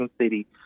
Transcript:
City